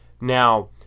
Now